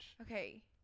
Okay